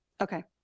Okay